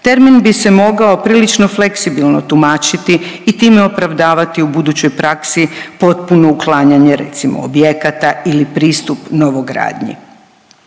Termin bi se mogao prilično fleksibilno tumačiti i time opravdavati u budućoj praksi potpuno uklanjanje recimo objekata ili pristup novogradnji.